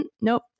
nope